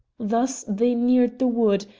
thus they neared the wood,